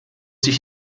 sich